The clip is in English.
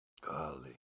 Golly